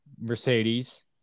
Mercedes